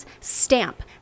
stamp